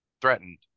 threatened